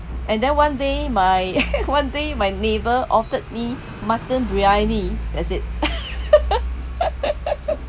and then one day my one day my neighbour offered me mutton briyani that's it